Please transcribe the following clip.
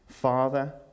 Father